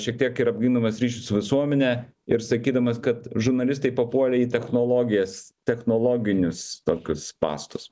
šiek tiek ir apgindamas ryšius su visuomene ir sakydamas kad žurnalistai papuolė į technologijas technologinius tokius spąstus